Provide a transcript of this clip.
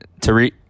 Tariq